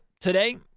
today